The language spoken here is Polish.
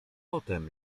potem